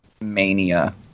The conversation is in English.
mania